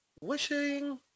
wishing